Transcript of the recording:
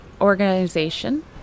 Organization